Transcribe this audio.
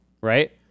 Right